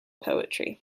poetry